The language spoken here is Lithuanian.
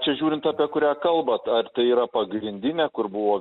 čia žiūrint apie kurią kalbat ar tai yra pagrindinė kur buvo